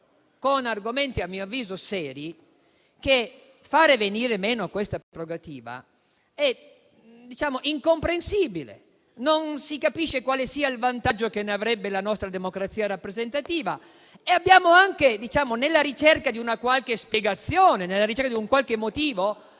con argomenti a mio avviso seri, che far venir meno questa prerogativa è incomprensibile. Non si capisce quale sia il vantaggio che ne avrebbe la nostra democrazia rappresentativa e, nella ricerca di una qualche spiegazione, di un qualche motivo,